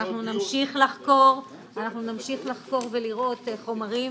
אנחנו נמשיך לחקור ולראות חומרים